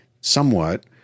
somewhat